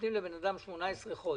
שנותנים לאדם 18 חודשים.